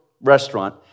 restaurant